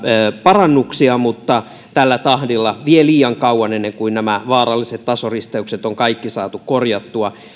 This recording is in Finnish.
parannuksia mutta tällä tahdilla vie liian kauan ennen kuin nämä vaaralliset tasoristeykset on kaikki saatu korjattua